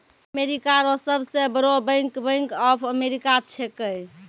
America रो सब से बड़ो बैंक बैंक ऑफ अमेरिका छैकै